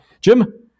Jim